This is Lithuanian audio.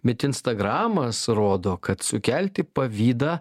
bet instagramas rodo kad sukelti pavydą